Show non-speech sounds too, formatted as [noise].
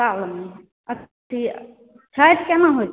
[unintelligible] अथी छठि केना होइ छै